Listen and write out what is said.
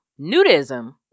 Nudism